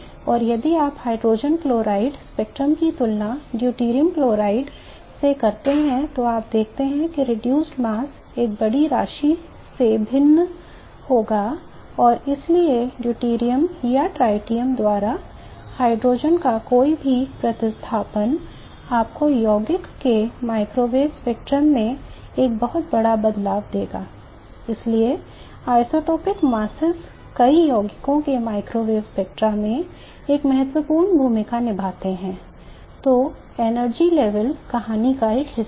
और यदि आप हाइड्रोजन क्लोराइड स्पेक्ट्रम की तुलना ड्यूटेरियम कहानी का एक हिस्सा है